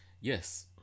Yes